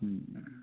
হুম